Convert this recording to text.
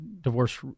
divorce